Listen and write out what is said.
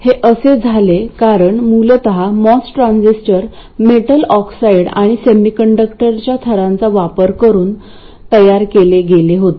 हे असे झाले कारण मूलतः मॉस ट्रान्झिस्टर मेटल ऑक्साईड आणि सेमीकंडक्टरच्या थरांचा वापर करून तयार केले गेले होते